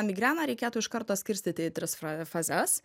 migreną reikėtų iš karto skirstyti į tris fra fazes